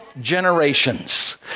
generations